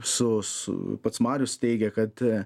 su su pats marius teigia kad